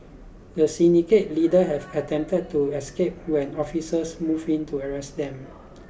the Syndicate leader have attempted to escape when officers moved in to arrest them